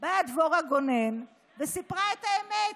באה דבורה גונן וסיפרה את האמת.